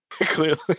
Clearly